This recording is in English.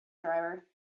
driver